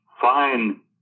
fine